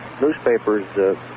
newspapers